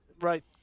right